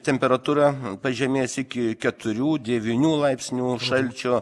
temperatūra pažemės iki keturių devynių laipsnių šalčio